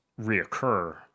reoccur